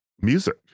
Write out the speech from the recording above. music